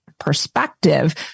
Perspective